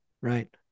right